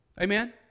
Amen